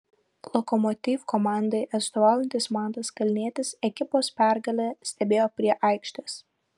lokomotiv komandai atstovaujantis mantas kalnietis ekipos pergalę stebėjo prie aikštės